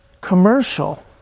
commercial